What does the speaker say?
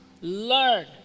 learn